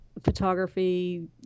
photography